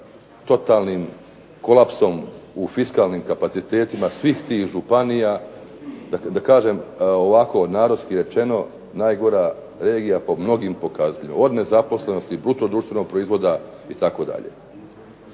totalnim kolapsom u fiskalnim kapacitetima svih tih županija, dakle da kažem ovako narodski rečeno najgora regija po mnogim pokazateljima, od nezaposlenosti, bruto društvenog proizvoda itd.